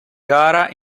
gara